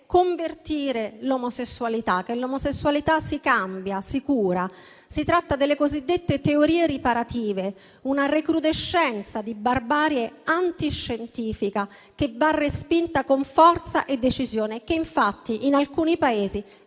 convertire l'omosessualità, che l'omosessualità si cambia, si cura: si tratta delle cosiddette teorie riparative, una recrudescenza di barbarie antiscientifica, che va respinta con forza e decisione e che infatti in alcuni Paesi